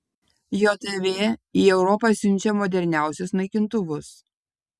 jav į europą siunčia moderniausius naikintuvus